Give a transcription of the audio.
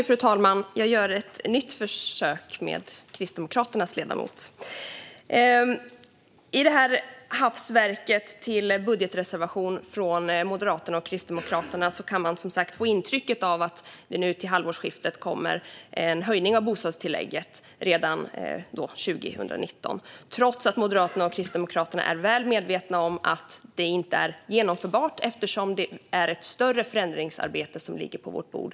Fru talman! Jag gör ett nytt försök att ställa min fråga, nu till Kristdemokraternas ledamot. I detta hafsverk till budgetreservation från Moderaterna och Kristdemokraterna kan man, som sagt, få intryck av att det redan till halvårsskiftet 2019 kommer en höjning av bostadstillägget, trots att Moderaterna och Kristdemokraterna är väl medvetna om att det inte är genomförbart eftersom det är ett större förändringsarbete som ligger på vårt bord.